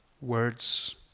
words